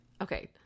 okay